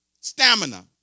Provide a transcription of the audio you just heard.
Stamina